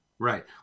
right